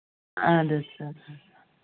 اَہَن حظ اَہَن حظ